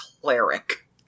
cleric